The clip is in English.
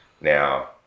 now